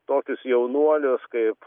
tokius jaunuolius kaip